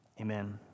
amen